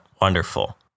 wonderful